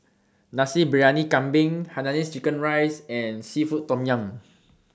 Nasi Briyani Kambing Hainanese Chicken Rice and Seafood Tom Yum